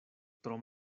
tro